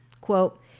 quote